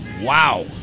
Wow